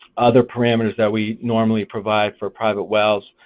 other parameters that we normally provide for private wells.